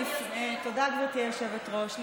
תודה, גברתי היושבת-ראש.